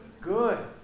good